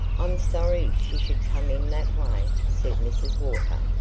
i'm sorry she should come in that way, said mrs. walker.